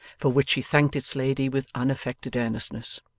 for which she thanked its lady with unaffected earnestness.